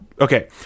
okay